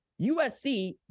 USC